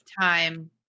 time